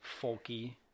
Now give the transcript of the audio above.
folky